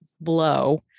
blow